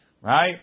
Right